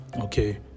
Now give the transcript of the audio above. Okay